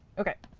ok,